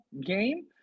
game